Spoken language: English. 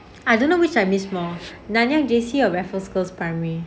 I don't know which I miss more nanyang J_C or raffles girls primary